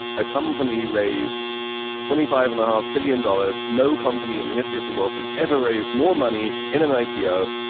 a company raised twenty five and a half billion dollars. no company in the history of the world has ever raised more money in an ipo.